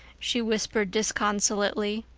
she whispered disconsolately.